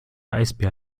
eisbär